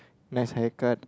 nice haircut